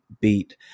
beat